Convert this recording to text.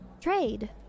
Trade